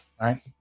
right